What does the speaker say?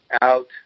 out